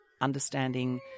understanding